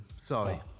sorry